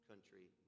country